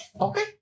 Okay